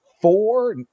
four